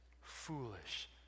foolish